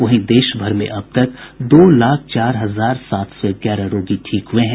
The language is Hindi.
वहीं देश भर में अब तक दो लाख चार हजार सात सौ ग्यारह रोगी ठीक हुए हैं